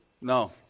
No